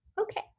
okay